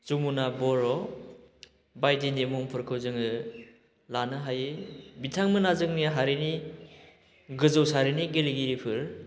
जमुना बर' बायदिनि मुंफोरखौ जोङो लानो हायो बिथांमोना जोंनि हारिनि गोजौ सारिनि गेलेगिरिफोर